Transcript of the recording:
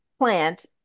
plant